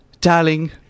darling